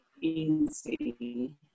easy